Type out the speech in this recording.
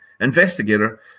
investigator